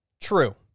true